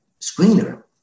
screener